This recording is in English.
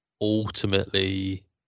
ultimately